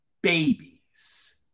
Babies